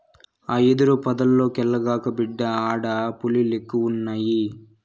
ఆ యెదురు పొదల్లోకెల్లగాకు, బిడ్డా ఆడ పులిలెక్కువున్నయి